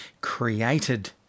created